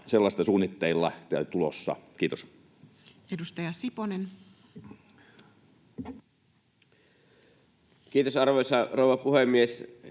sellaista suunnitteilla tai tulossa? — Kiitos. Edustaja Siponen. Kiitos, arvoisa rouva puhemies!